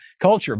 culture